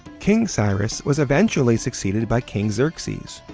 king cyrus was eventually succeeded by king xerxes.